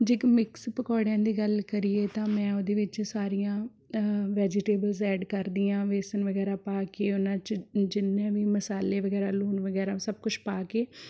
ਜੇਕਰ ਮਿਕਸ ਪਕੌੜਿਆਂ ਦੀ ਗੱਲ ਕਰੀਏ ਤਾਂ ਮੈਂ ਉਹਦੇ ਵਿੱਚ ਸਾਰੀਆਂ ਵੈਜੀਟੇਬਲਸ ਐਡ ਕਰਦੀ ਹਾਂ ਵੇਸਨ ਵਗੈਰਾ ਪਾ ਕੇ ਉਹਨਾਂ 'ਚ ਜਿੰਨੇ ਵੀ ਮਸਾਲੇ ਵਗੈਰਾ ਲੂਣ ਵਗੈਰਾ ਸਭ ਕੁਛ ਪਾ ਕੇ